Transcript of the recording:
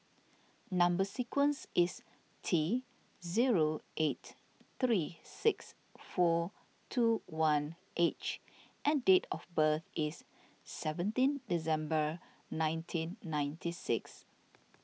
Number Sequence is T zero eight three six four two one H and date of birth is seventeen December nineteen ninety six